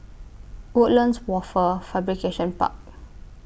Woodlands Wafer Fabrication Park